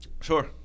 Sure